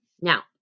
Now